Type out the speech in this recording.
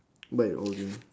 bike or the